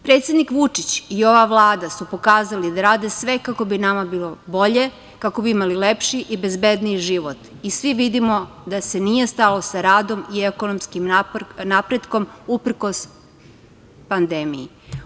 Predsednik Vučić i ova Vlada su pokazali da rade sve kako bi nama bilo bolje, kako bi imali lepši i bezbedniji život i svi vidimo da se nije stalo sa radom i ekonomskim napretkom, uprkos pandemiji.